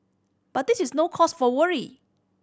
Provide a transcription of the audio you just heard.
but this is no cause for worry